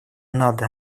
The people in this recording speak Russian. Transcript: надо